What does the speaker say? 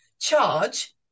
charge